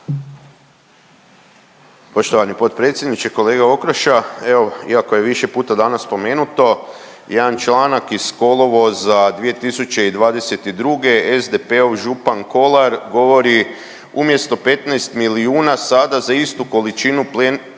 Poštovani potpredsjedniče. Kolega Okroša, evo iako je više puta danas spomenuto jedan članak iz kolovoza 2022. SDP-ov župan Kolar govori umjesto 15 milijuna sada za istu količinu plina